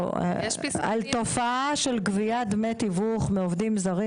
- -על תופעה של גביית דמי תיווך מעובדים זרים